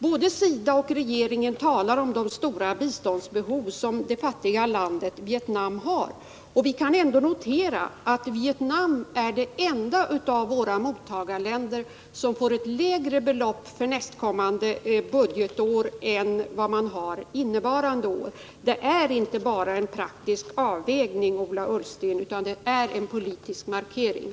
Både SIDA och regeringen talar om det fattiga landet Vietnamssstora biståndsbehov. Vi kan notera att Vietnam är det enda av våra mottagarländer som får ett lägre belopp nästkommande budgetår än vad man har innevarande år. Det är inte bara en praktisk avvägning, Ola Ullsten, utan det är en politisk markering.